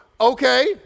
Okay